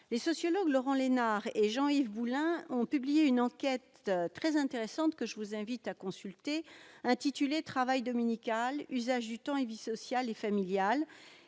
Les sociologues Laurent Lesnard et Jean-Yves Boulin ont publié une enquête très intéressante intitulée « Travail dominical, usages du temps et vie sociale et familiale »,